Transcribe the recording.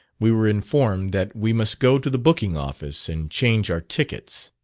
we were informed that we must go to the booking-office and change our tickets.